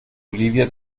olivia